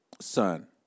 son